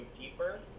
deeper